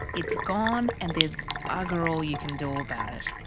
it's gone and there's bugger all you can do about it.